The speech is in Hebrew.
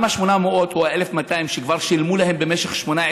גם ה-800 או ה-1,200 שכבר שילמו להם במשך 18